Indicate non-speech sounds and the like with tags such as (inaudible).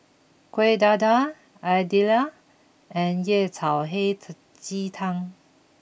Kuih Dadar Idly and Yao Cai Hei (hesitation) Ji Tang